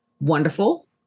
Wonderful